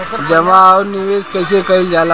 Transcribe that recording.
जमा और निवेश कइसे कइल जाला?